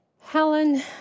Helen